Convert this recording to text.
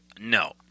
No